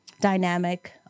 dynamic